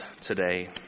today